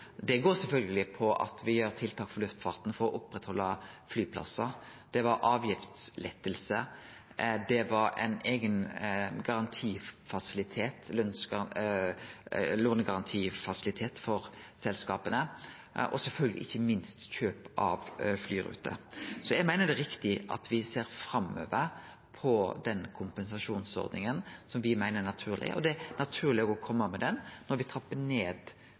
Det går sjølvsagt på tiltak for luftfarten for å oppretthalde flyplassar, det var avgiftslettar, det var ein eigen lånegarantifasilitet for selskapa og ikkje minst kjøp av flyruter. Eg meiner det er riktig at me ser framover på den kompensasjonsordninga som me meiner er naturleg, og det er naturleg å kome med den når me trappar ned